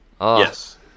Yes